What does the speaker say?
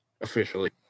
officially